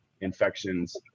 infections